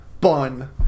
bun